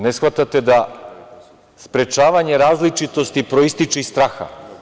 Ne shvatate da sprečavanje različitosti proističe iz straha.